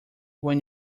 when